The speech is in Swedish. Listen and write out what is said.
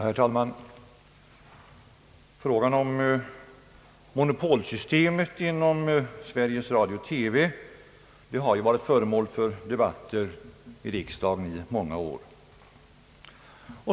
Herr talman! Frågan om monopolsystemet inom svensk radio och television har varit föremål för debatter i riksdagen under många år.